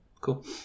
Cool